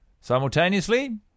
Simultaneously